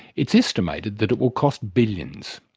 it's estimated that it will cost billions.